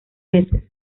meses